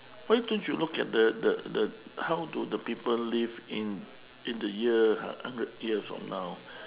why don't you look at the the the how do the people live in in the year uh hundred year from now